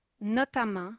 notamment